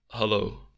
Hello